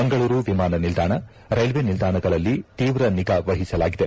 ಮಂಗಳೂರು ವಿಮಾನ ನಿಲ್ದಾಣ ರೈಲ್ವೇ ನಿಲ್ದಾಣದಲ್ಲಿ ತೀವ್ರ ನಿಗಾ ವಹಿಸಲಾಗಿದೆ